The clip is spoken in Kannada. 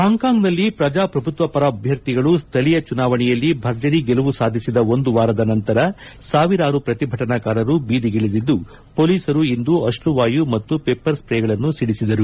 ಹಾಂಕಾಂಗ್ನಲ್ಲಿ ಪ್ರಜಾಪ್ರಭುತ್ವ ಪರ ಅಭ್ಯರ್ಥಿಗಳು ಸ್ವಳೀಯ ಚುನಾವಣೆಯಲ್ಲಿ ಭರ್ಜರಿ ಗೆಲುವು ಸಾಧಿಸಿದ ಒಂದು ವಾರದ ನಂತರ ಸಾವಿರಾರು ಪ್ರತಿಭಟನಾಕಾರರು ಬೀದಿಗಿಳಿದಿದ್ದು ಪೊಲೀಸರು ಇಂದು ಅಶ್ರುವಾಯು ಮತ್ತು ಪೆಪ್ಪರ್ ಸ್ವೇಗಳನ್ನು ಸಿಡಿಸಿದರು